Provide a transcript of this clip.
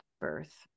birth